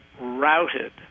routed